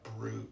brute